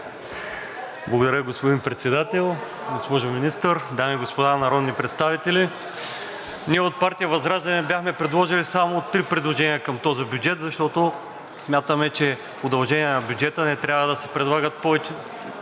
Благодаря, господин Председател. Госпожо Министър, дами и господа народни представители! Ние от партия ВЪЗРАЖДАНЕ бяхме предложили само три предложения към този бюджет, защото смятаме, че в удължение на бюджета не трябва да се предлагат прекалено